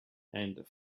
and